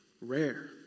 rare